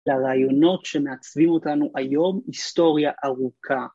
לרעיונות שמעצבים אותנו היום היסטוריה ארוכה